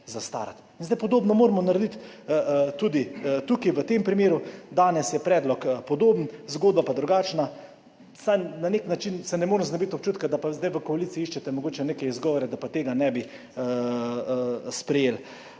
zastarati. Zdaj moramo podobno narediti tudi tukaj, v tem primeru. Danes je predlog podoben, zgodba pa drugačna. Na nek način se ne morem znebiti občutka, da zdaj v koaliciji iščete mogoče neke izgovore, da pa tega ne bi sprejeli.